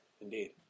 Indeed